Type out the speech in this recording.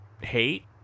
hate